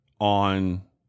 on